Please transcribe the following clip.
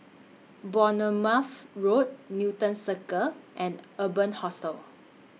Bournemouth Road Newton Circus and Urban Hostel